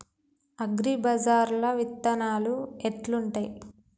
అగ్రిబజార్ల విత్తనాలు ఎట్లుంటయ్?